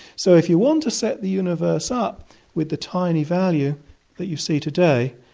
so if you want to set the universe up with the tiny value that you see today,